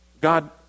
God